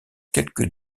quelques